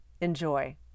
Enjoy